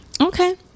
Okay